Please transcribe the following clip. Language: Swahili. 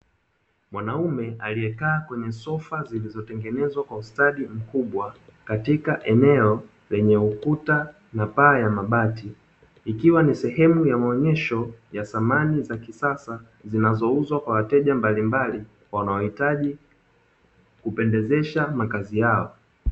Mwanaume aliyekaa kwenye sofa zilizotengenezwa kwa ustadi mkubwa katika eneo lenye ukuta na paa ya mabati, ikiwa sehemu ya maonyesho ya samani ya kisasa zinazouzwa kwa wateja mbalimbali wanaohitaji kupendezesha makazi yao.